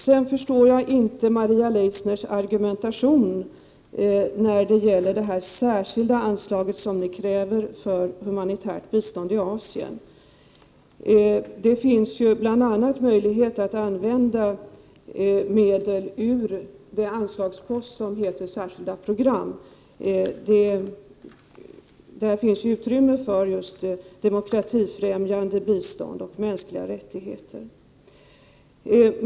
Jag förstår inte Maria Leissners argumentation när det gäller det särskilda anslaget som ni kräver för humanitärt bistånd i Asien. Det finns ju bl.a. möjlighet att använda medel ur den anslagspost som heter Särskilda program. Där finns utrymme för t.ex. demokratifrämjande bistånd och mänskliga rättigheter.